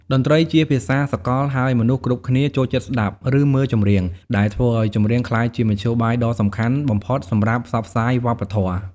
តន្ត្រីជាភាសាសកល ហើយមនុស្សគ្រប់គ្នាចូលចិត្តស្ដាប់ ឬមើលចម្រៀង ដែលធ្វើឲ្យចម្រៀងក្លាយជាមធ្យោបាយដ៏សំខាន់បំផុតសម្រាប់ផ្សព្វផ្សាយវប្បធម៌។